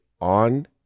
on